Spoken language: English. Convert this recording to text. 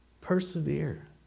Persevere